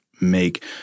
make